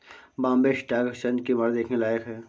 Bombay stock exchange की इमारत देखने लायक है